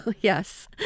Yes